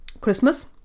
Christmas